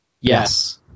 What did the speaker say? Yes